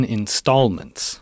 installments